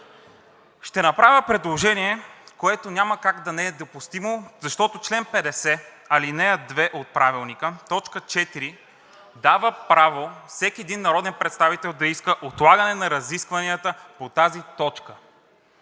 ще направя предложение, което няма как да не е допустимо, защото чл. 50, ал. 2, т. 4 от Правилника дава право всеки един народен представител да иска отлагане на разискванията по тази точка.